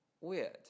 weird